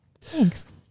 Thanks